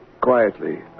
quietly